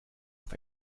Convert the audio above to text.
auf